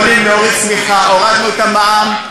אנחנו יכולים להוריד, סליחה, הורדנו את המע"מ.